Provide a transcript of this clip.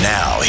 Now